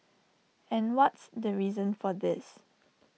and what's the reason for this